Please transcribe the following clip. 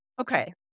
Okay